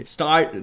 Start